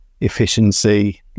Efficiency